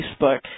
Facebook